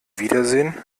wiedersehen